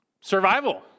survival